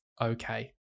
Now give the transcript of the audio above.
okay